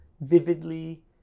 vividly